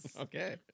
Okay